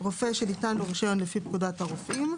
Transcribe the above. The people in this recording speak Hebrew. רופא שניתן לו רישיון לפי פקודת הרופאים,